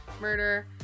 murder